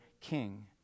king